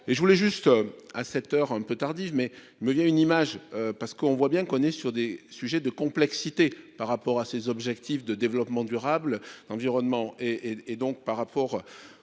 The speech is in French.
et je voulais juste à cette heure un peu tardive mais il me vient une image parce qu'on voit bien qu'on est sur des sujets de complexité par rapport à ses objectifs de développement durable, l'environnement et, et donc par rapport